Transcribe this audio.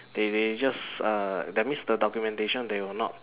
they they just uh that means the documentation they will not